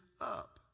up